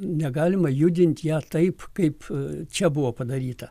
negalima judint ją taip kaip čia buvo padaryta